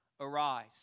arise